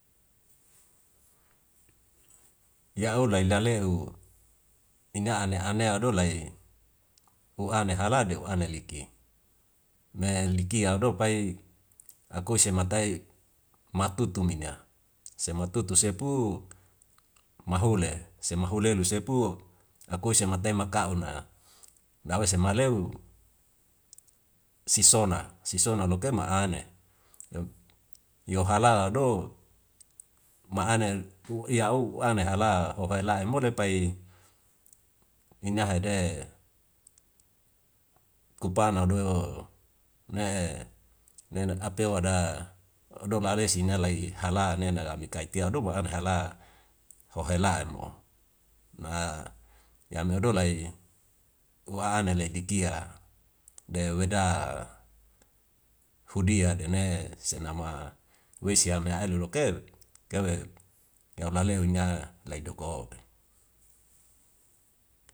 Ya odai daleu ina ane anea dolai hu ane halade u'ana liki ne liya ado pai akoise matai matutu mina sematutu sepu mahole, sema hulelu sepu akoise matai maka una dawese maleu sisona loke ma ane yohala do ma ane iya'o u'ane hala hohela'a mo lepai ina hede kupana do ne nena apewada do nalesi nalai hala nena ami kaiti adobo han hala hohela mo. Na yam hedo lai u'ana le dikia de weda hudia adene senama wesi an ae lokae keu'e, keu laleu ina lai duko.